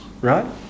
right